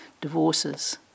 divorces